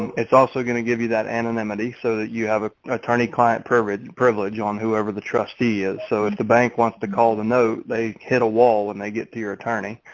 it's also going to give you that anonymity so that you have ah attorney client privilege privilege on whoever the trustee is. so if the bank wants to call the note, they hit a wall when they get to your attorney.